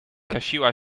gasiła